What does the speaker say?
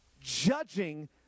Judging